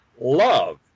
love